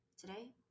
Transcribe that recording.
Today